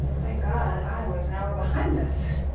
thank god iowa's an hour behind us.